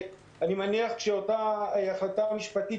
ואני מניח שכאשר אותה החלטה משפטית